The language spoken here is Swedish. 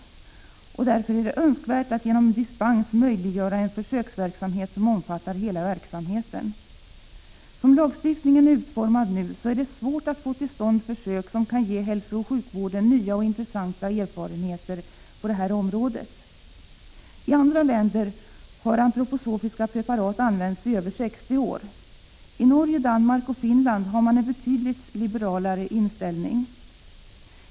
Det är därför nödvändigt att genom dispens möjliggöra en fö sverksamhet som omfattar hela verksamheten. tiftningen är utformad nu är det svårt att få till stånd försök som kan ge hälsooch sjukvården nya och intressanta erfarenheter på detta område. I andra länder har antroposofiska preparat använts i över 60 år. I Norge, Danmark och Finland har man en betydligt liberalare inställning.